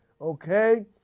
Okay